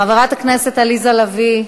חברת הכנסת עליזה לביא,